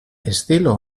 estilo